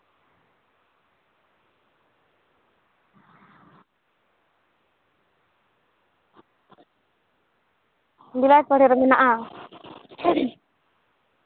ᱵᱷᱮᱞᱟᱭᱯᱟᱦᱟᱲᱤ ᱨᱮ ᱢᱮᱱᱟᱜᱼᱟ